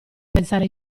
pensare